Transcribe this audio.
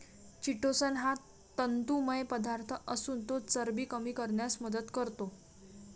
chitosan हा तंतुमय पदार्थ असून तो चरबी कमी करण्यास मदत करतो